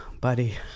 buddy